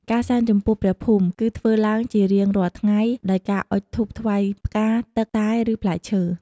ការសែនចំពោះព្រះភូមិ គឺធ្វើឡើងជារៀងរាល់ថ្ងៃដោយការអុជធូបថ្វាយផ្កាទឹកតែឬផ្លែឈើ។